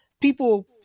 people